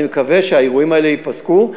אני מקווה שהאירועים האלה ייפסקו.